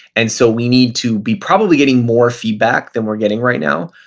and so we need to be probably getting more feedback than we're getting right now.